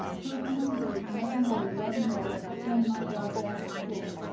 personally, there is nothing i would love more than to send my daughter back to school.